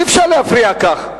אי-אפשר להפריע כך.